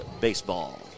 Baseball